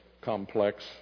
complex